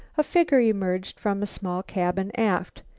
a figure emerged from a small cabin aft.